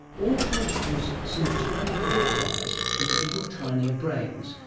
all to introduce some tiny fruit flies with even tinier brains.